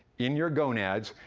in your gonads,